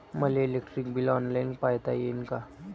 मले electric bill online पायता येईन का?